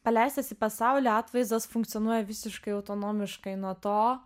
paleistas į pasaulį atvaizdas funkcionuoja visiškai autonomiškai nuo to